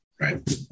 Right